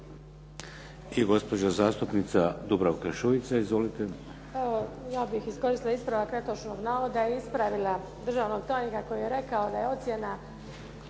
I gospođa zastupnica Dubravka Šuica. Izvolite. **Šuica, Dubravka (HDZ)** Ja bih iskoristila ispravak netočnog navoda i ispravila državnog tajnika koji je rekao da je ocjena